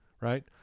right